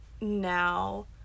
now